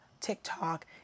TikTok